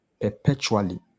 perpetually